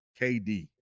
KD